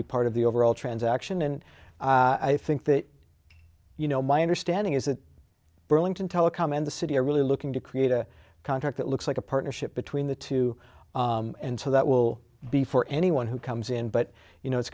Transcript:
be part of the overall transaction and i think that you know my understanding is that burlington telecom and the city are really looking to create a contract that looks like a partnership between the two and so that will be for anyone who comes in but you know it's